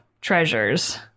treasures